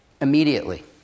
immediately